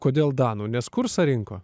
kodėl danų nes kursą rinko